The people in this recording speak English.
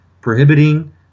prohibiting